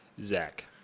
Zach